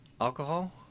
alcohol